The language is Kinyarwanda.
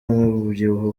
umubyibuho